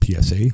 psa